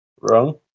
Wrong